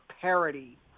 parody